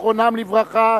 זיכרונם לברכה,